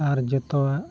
ᱟᱨ ᱡᱚᱛᱚᱣᱟᱜ